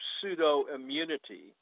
pseudo-immunity